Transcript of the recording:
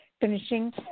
finishing